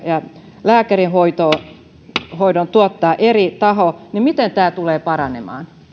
ja lääkärihoidon tuottaa eri taho niin miten tämä tulee paranemaan